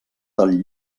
del